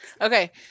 Okay